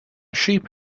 sheep